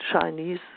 Chinese